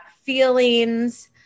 feelings